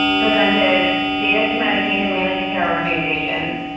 presented data to medicaid and managed care organizations,